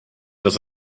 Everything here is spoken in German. dass